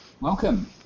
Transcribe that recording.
welcome